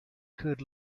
could